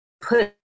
put